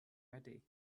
ready